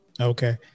Okay